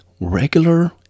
regular